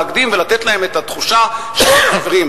להקדים ולתת להם את התחושה שהם קיימים.